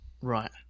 Right